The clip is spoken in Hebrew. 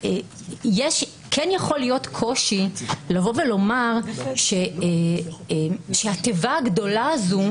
כן יכול להיות קושי לבוא ולומר שהתיבה הגדולה הזו,